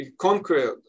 conquered